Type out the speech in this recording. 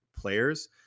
players